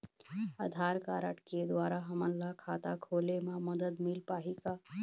आधार card के द्वारा हमन ला खाता खोले म मदद मिल पाही का?